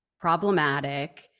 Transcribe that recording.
problematic